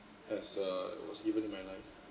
as err it was given in my life